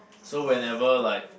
so whenever like